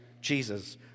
Jesus